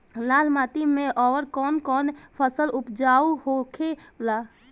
लाल माटी मे आउर कौन कौन फसल उपजाऊ होखे ला?